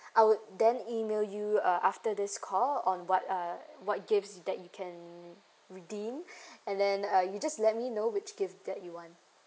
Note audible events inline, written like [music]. I would then email you uh after this call on what uh what gifts that you can redeem [breath] and then uh you just let me know which gift that you want